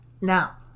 Now